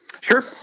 Sure